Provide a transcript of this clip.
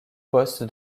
poste